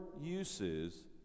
uses